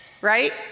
right